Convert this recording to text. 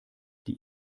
die